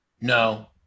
No